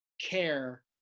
care